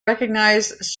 recognized